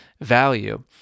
value